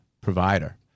provider